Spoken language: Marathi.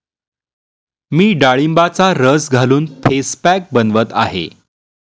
मी डाळिंबाचा रस घालून फेस पॅक बनवत आहे